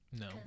No